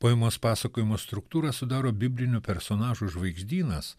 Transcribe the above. poemos pasakojimo struktūrą sudaro biblinių personažų žvaigždynas